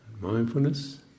mindfulness